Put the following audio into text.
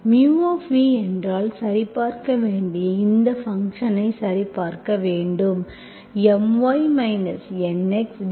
μ என்றால் சரிபார்க்க வேண்டிய இந்த ஃபங்க்ஷன்ஐ சரிபார்க்க வேண்டும் My NxNvx Mvy